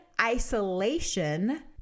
isolation